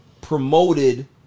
promoted